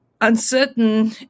uncertain